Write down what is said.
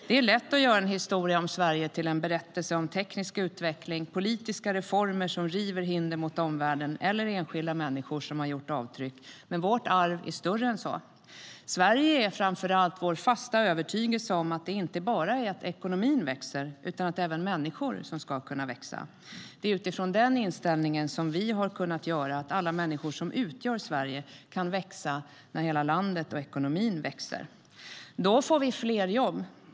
Det är lätt att göra en historia om Sverige till en berättelse om teknisk utveckling, politiska reformer som river hinder mot omvärlden och enskilda människor som gjort avtryck. Men vårt arv är större än så. Sverige är framför allt vår fasta övertygelse att det inte bara handlar om att ekonomin växer utan att även människor ska kunna växa. Det är utifrån den inställningen vi har kunnat göra att alla människor som utgör Sverige kan växa när hela landet och ekonomin växer. Då får vi fler jobb.